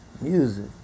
music